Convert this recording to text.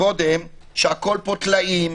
שהכול פה טלאים,